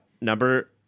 number